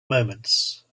moments